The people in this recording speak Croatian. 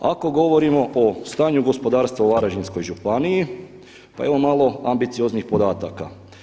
Ako govorimo po stanju gospodarstva u Varaždinskoj županiji, pa evo malo ambicioznih podataka.